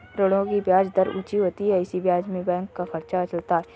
ऋणों की ब्याज दर ऊंची होती है इसी ब्याज से बैंक का खर्चा चलता है